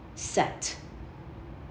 set